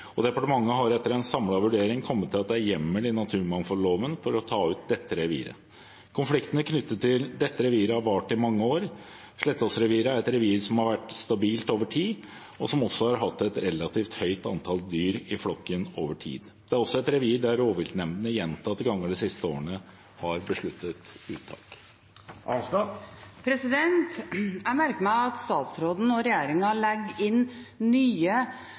og departementet har etter en samlet vurdering kommet til at det er hjemmel i naturmangfoldloven for å ta ut dette reviret. Konfliktene knyttet til dette reviret har vart i mange år. Slettås-reviret er et revir som har vært stabilt over tid, og som også har hatt et relativt høyt antall dyr i flokken over tid. Det er også et revir der rovviltnemndene gjentatte ganger de siste årene har besluttet uttak. Jeg merker meg at statsråden og regjeringen legger inn nye